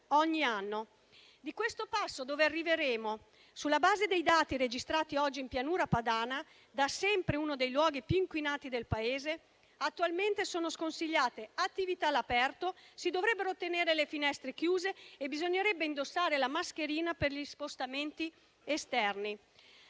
Di questo passo dove arriveremo? Sulla base dei dati registrati oggi in Pianura Padana, da sempre uno dei luoghi più inquinati del Paese, attualmente sono sconsigliate attività all'aperto, si dovrebbero tenere le finestre chiuse e bisognerebbe indossare la mascherina per gli spostamenti esterni.